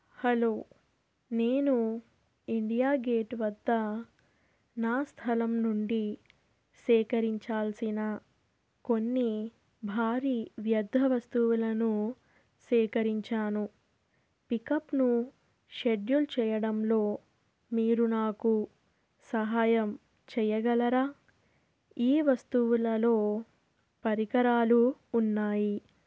hello నేను India gate వద్ద నా స్థలం నుండి సేకరించాల్సిన కొన్ని భారీ వ్యర్థ వస్తువులను సేకరించాను పికప్ను షెడ్యూల్ చేయడంలో మీరు నాకు సహాయం చేయగలరా ఈ వస్తువులలో పరికరాలు ఉన్నాయి